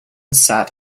sat